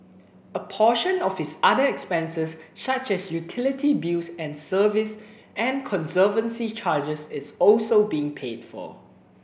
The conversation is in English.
a portion of his other expenses such as utility bills and service and conservancy charges is also being paid for